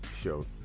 show